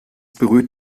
berührt